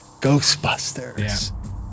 Ghostbusters